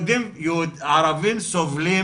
ערבים סובלים